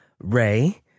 Ray